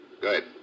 Good